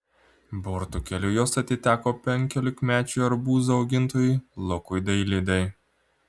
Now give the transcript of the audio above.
burtų keliu jos atiteko penkiolikmečiui arbūzų augintojui lukui dailidei